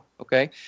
okay